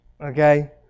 Okay